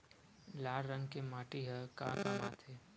लाल रंग के माटी ह का काम आथे?